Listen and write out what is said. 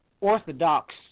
Orthodox